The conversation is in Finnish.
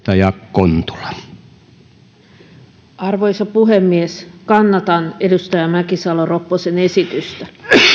arvoisa puhemies kannatan edustaja mäkisalo ropposen esitystä